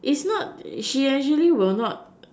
is not she actually will not